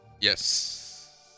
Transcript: Yes